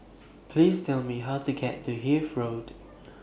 Please Tell Me How to get to Hythe Road